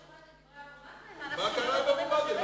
לא שמעת את דברי אבו מאזן?